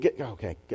Okay